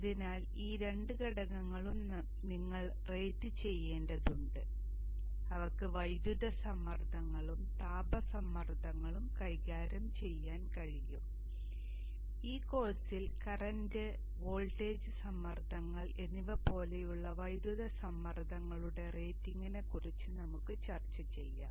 അതിനാൽ ഈ രണ്ട് ഘടകങ്ങളും നിങ്ങൾ റേറ്റു ചെയ്യേണ്ടതുണ്ട് അവയ്ക്ക് വൈദ്യുത സമ്മർദ്ദങ്ങളും താപ സമ്മർദ്ദങ്ങളും കൈകാര്യം ചെയ്യാൻ കഴിയും ഈ കോഴ്സിൽ കറന്റ് വോൾട്ടേജ് സമ്മർദ്ദങ്ങൾ എന്നിവ പോലുള്ള വൈദ്യുത സമ്മർദ്ദങ്ങളുടെ റേറ്റിംഗിനെക്കുറിച്ച് നമുക്ക് ചർച്ച ചെയ്യാം